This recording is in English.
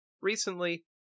Recently